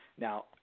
Now